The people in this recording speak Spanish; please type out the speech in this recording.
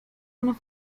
una